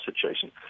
situation